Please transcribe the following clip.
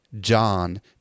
John